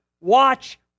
watch